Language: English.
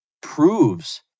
proves